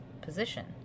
position